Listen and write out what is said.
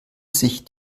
sich